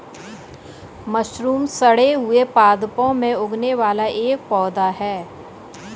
mushroom सड़े हुए पादपों में उगने वाला एक पौधा है